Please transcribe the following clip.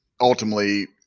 ultimately